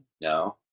No